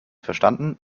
verstanden